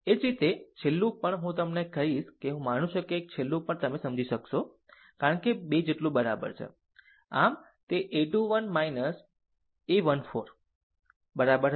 એ જ રીતે છેલ્લું પણ હું તમને કહીશ કે હું માનું છું કે એક છેલ્લું પણ તમે સમજી શકશો કારણ કે 2 જેટલું બરાબર છે આમ તેa 2 1 1 4 બરાબર હશે